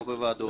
לא בוועדות.